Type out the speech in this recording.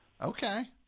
Okay